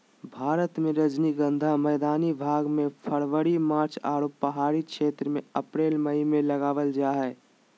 भारत मे रजनीगंधा मैदानी भाग मे फरवरी मार्च आरो पहाड़ी क्षेत्र मे अप्रैल मई मे लगावल जा हय